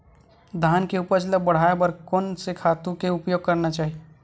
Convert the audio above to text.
धान के उपज ल बढ़ाये बर कोन से खातु के उपयोग करना चाही?